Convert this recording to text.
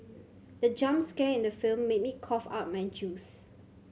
the jump scare in the film made me cough out my juice